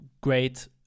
great